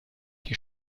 die